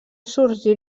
sorgir